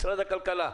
משרד הכלכלה,